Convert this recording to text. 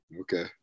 Okay